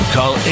Call